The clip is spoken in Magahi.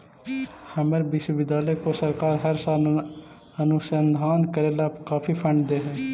हमर विश्वविद्यालय को सरकार हर साल अनुसंधान करे ला काफी फंड दे हई